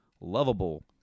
lovable